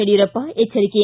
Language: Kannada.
ಯಡಿಯೂರಪ್ಪ ಎಚ್ಚರಿಕೆ